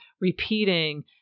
repeating